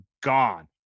gone